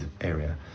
area